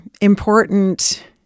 important